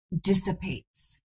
dissipates